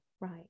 right